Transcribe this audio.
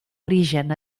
origen